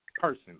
person